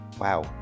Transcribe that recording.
wow